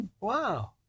Wow